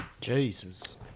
Jesus